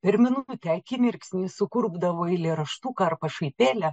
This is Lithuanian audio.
per minutę akimirksnį sukurpdavo eilėraštuką ar pašaipėlę